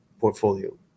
portfolio